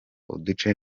uduce